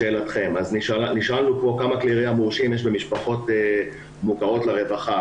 לשאלתכם אז נשאלנו פה כמה כלי ירייה מורשים יש למשפחות מוכרות לרווחה?